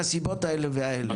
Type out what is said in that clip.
מהסיבות האלה והאלה".